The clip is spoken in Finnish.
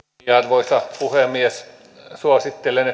arvoisa puhemies suosittelen